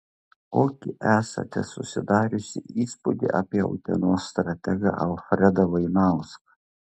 kokį esate susidariusi įspūdį apie utenos strategą alfredą vainauską